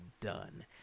done